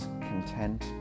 content